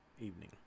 evening